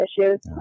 issues